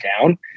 down